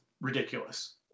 ridiculous